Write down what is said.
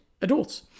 adults